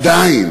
עדיין